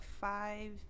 five